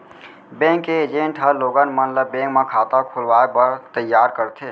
bank के agent ह लोगन मन ल बेंक म खाता खोलवाए बर तइयार करथे